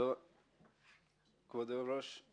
כבוד היושב-ראש,